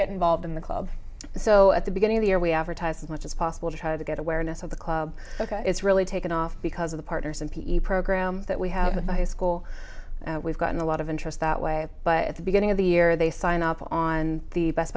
get involved in the club so at the beginning of the year we advertise as much as possible to try to get awareness of the club ok it's really taken off because of the partners and p e programs that we have with my school we've gotten a lot of interest that way but at the beginning of the year they sign up on the best